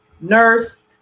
nurse